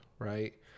Right